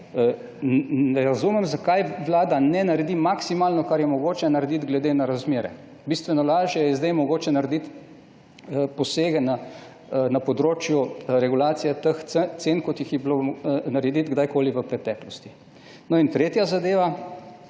Ne razumem, zakaj vlada ne naredi maksimalno, kar je mogoče narediti, glede na razmere. Bistveno lažje je zdaj narediti posege na področju regulacije teh cen, kot jih je bilo narediti kadar koli v preteklosti. Tretja zadeva.